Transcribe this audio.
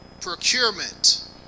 procurement